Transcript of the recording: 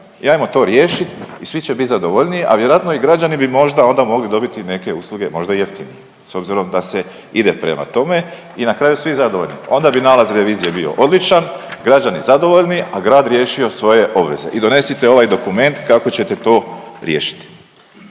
i ajmo to riješit i svi će bit zadovoljniji, a vjerojatno i građani bi možda onda mogli dobiti neke usluge možda i jeftinije s obzirom da se ide prema tome i na kraju svi zadovoljni. Onda bi nalaz revizije bio odličan, građani zadovoljni, a grad riješio svoje obveze i donesite ovaj dokument kako ćete to riješiti.